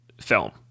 film